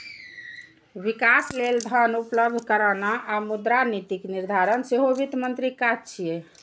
विकास लेल धन उपलब्ध कराना आ मुद्रा नीतिक निर्धारण सेहो वित्त मंत्रीक काज छियै